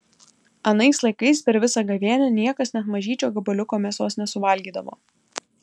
anais laikais per visą gavėnią niekas net mažyčio gabaliuko mėsos nesuvalgydavo